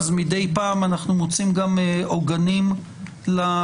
מדי פעם אנחנו מוצאים גם עוגנים לנושאים